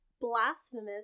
blasphemous